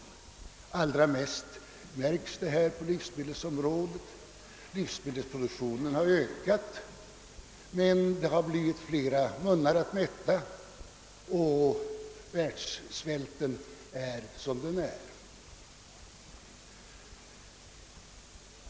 Allra mest märks detta på livsmedelsområdet. Livsmedelsproduktionen har ökat, men det har blivit fler munnar att mätta, och svälten är som den är.